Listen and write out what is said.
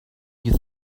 you